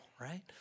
right